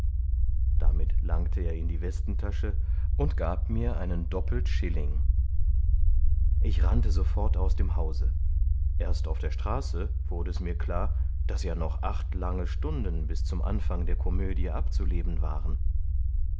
damit langte er in die westentasche und gab mir einen doppeltschilling ich rannte sofort aus dem hause erst auf der straße wurde es mir klar daß ja noch acht lange stunden bis zum anfang der komödie abzuleben waren